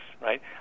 right